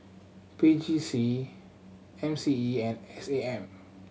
P J C M C E and S A M